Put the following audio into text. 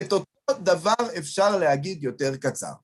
את אותו דבר אפשר להגיד יותר קצר.